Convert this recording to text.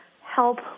help